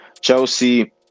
Chelsea